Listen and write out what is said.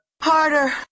Harder